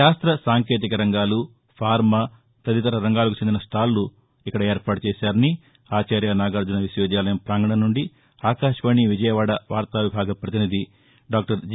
శాస్త సాంకేతిక రంగాలు ఫార్మా తదితర రంగాలకు చెందిన స్టాళ్లు ఏర్పాటు చేశారని ఆచార్య నాగార్జున విశ్వవిద్యాలయం ప్రాంగణం నుంచి ఆకాశవాణి విజయవాడ వార్తా విభాగ ప్రతినిధి డాక్టర్ జి